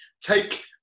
Take